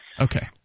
Okay